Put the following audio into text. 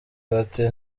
bati